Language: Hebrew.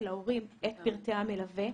להורים את פרטי המלווה.